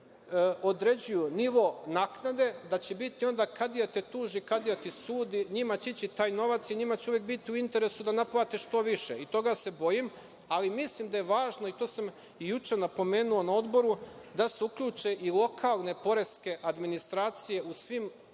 određuju nivo naknade, da će biti onda - kadija te tuži, kadija ti sudi. NJima će ići taj novac i njima će uvek biti u interesu da naplate što više i toga se bojim. Ali, mislim da je važno i to sam i juče napomenuo na odboru, da se uključe i lokalne poreske administracije u svim